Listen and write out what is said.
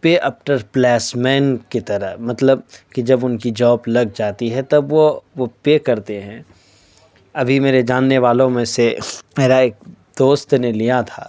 پے after placement کی طرح مطلب کہ جب ان کی جاب لگ جاتی ہے تب وہ وہ پے کرتے ہیں ابھی میرے جاننے والوں میں سے میرا ایک دوست نے لیا تھا